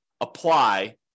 apply